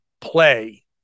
play